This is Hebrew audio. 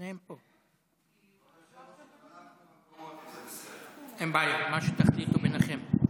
אין בעיה, מה שתחליטו ביניכם.